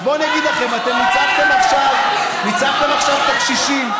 אז בואו אני אגיד לכם: אתם ניצחתם עכשיו את הקשישים,